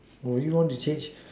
would you want to change